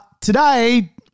today